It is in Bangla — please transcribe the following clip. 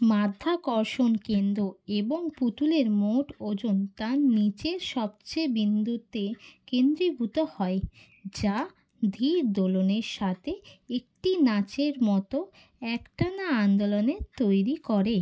মাধ্যাকর্ষণ কেন্দ্র এবং পুতুলের মোট ওজন তার নিচের সবচেয়ে বিন্দুতে কেন্দ্রীভূত হয় যা ধীর দোলনের সাথে একটি নাচের মতো একটানা আন্দোলন তৈরি করে